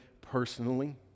personally